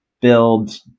build